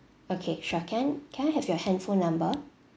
okay sure can can I have your handphone number